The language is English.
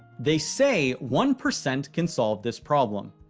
they say one percent can solve this problem.